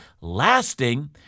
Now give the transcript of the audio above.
lasting